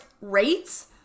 rates